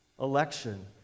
election